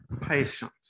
patient